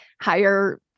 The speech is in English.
higher